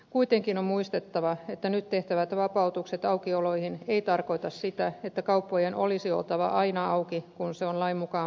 kuitenkin on muistettava että nyt tehtävät vapautukset aukioloihin eivät tarkoita sitä että kauppojen olisi oltava aina auki kun se on lain mukaan mahdollista